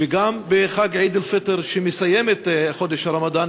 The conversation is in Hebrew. וגם בחג עיד אל-פיטר שמסיים את חודש הרמדאן